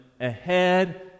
ahead